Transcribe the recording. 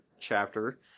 chapter